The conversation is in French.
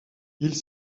ils